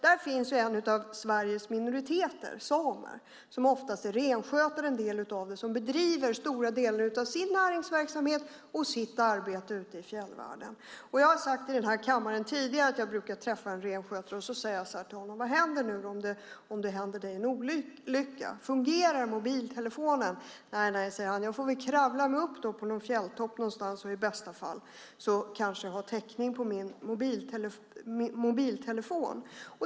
Där finns en av Sveriges minoriteter, samer. Det är oftast renskötare som bedriver ofta en stor del av sin näringsverksamhet och sitt arbete ute i fjällvärlden. Jag har sagt i den här kammaren tidigare att jag brukar träffa en renskötare. Jag frågar honom: Vad händer dig om det sker en olycka? Fungerar mobiltelefonen? Nej, nej, säger han. Jag får kravla mig upp på någon fjälltopp någonstans, och i bästa fall kanske jag har täckning på min mobiltelefon.